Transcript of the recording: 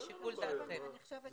לשיקול דעתכם.